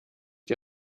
die